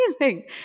amazing